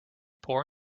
poor